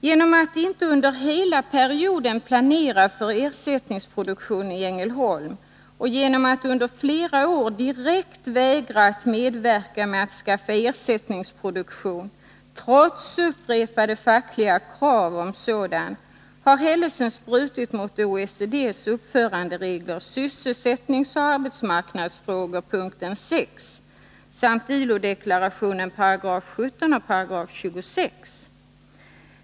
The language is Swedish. Genom att inte under hela perioden planera för ersättningsproduktion i Ängelholm och genom att under flera år direkt vägra att medverka till att skaffa ersättningsproduktion trots upprepade fackliga krav på sådan har Hellesens brutit mot OECD:s uppföranderegler, Sysselsättningsoch arbetsmarknadsfrågor, punkt 6, samt ILO-deklarationen §§ 17 och 26.